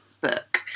Book